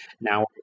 now